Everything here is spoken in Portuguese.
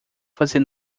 fazer